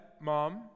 mom